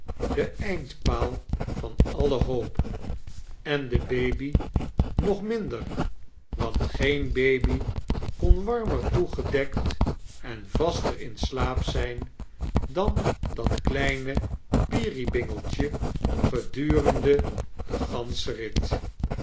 de eindpaal van alle hoop en de baby nog minder want geen baby kon warmer toegedekt en vaster in slaap zijn dan dat kleine peerybingletje gedurende den ganschen